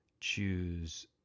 choose